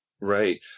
right